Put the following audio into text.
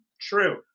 true